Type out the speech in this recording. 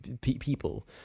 people